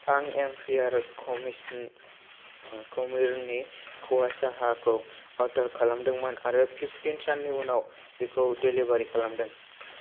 आं एम्पेयार कमिसनि कमिरनि कावा साहखौ अर्डार खालामदोंमोन आरो पिपतिन साननि उनाव बेखौ डेलिबारि खालामदों